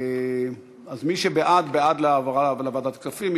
אז מי שבעד, בעד העברה לוועדת הכספים.